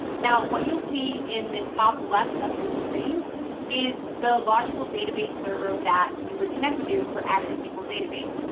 now, what you'll see in the top-left of your screen is the logical database server that you would connect to for azure sql database.